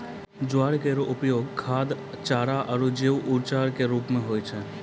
ज्वार केरो उपयोग खाद्य, चारा आरु जैव ऊर्जा क रूप म होय छै